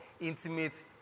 intimate